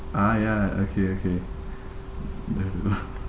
ah ya okay okay that